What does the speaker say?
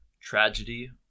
tragedy